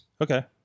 Okay